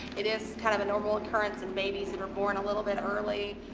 it is kind of a normal occurrence in babies that are born a little bit early,